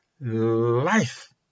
life